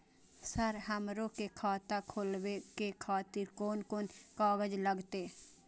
Sir हमरो के खाता खोलावे के खातिर कोन कोन कागज लागते?